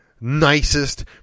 nicest